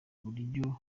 buryo